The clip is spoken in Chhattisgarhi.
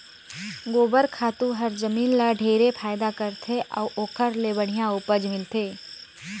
गोबर खातू हर जमीन ल ढेरे फायदा करथे अउ ओखर ले बड़िहा उपज मिलथे